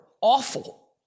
awful